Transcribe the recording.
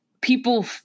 people